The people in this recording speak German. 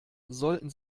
sollten